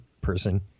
person